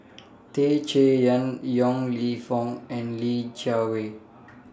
Tan Chay Yan Yong Lew Foong and Li Jiawei